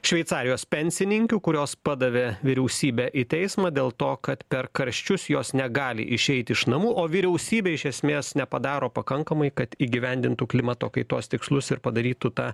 šveicarijos pensininkių kurios padavė vyriausybę į teismą dėl to kad per karščius jos negali išeiti iš namų o vyriausybė iš esmės nepadaro pakankamai kad įgyvendintų klimato kaitos tikslus ir padarytų tą